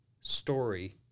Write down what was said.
story